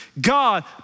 God